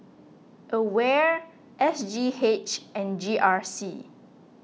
Aware S G H and G R C